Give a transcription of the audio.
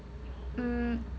mm